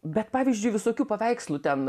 bet pavyzdžiui visokių paveikslų ten